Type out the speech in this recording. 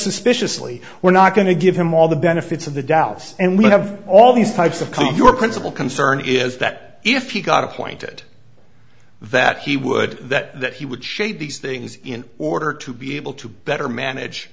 suspiciously we're not going to give him all the benefits of the doubts and we'll have all these types of clear your principal concern is that if you got appointed that he would that he would shape these things in order to be able to better manage